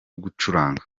gucuranga